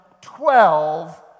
twelve